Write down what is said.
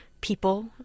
people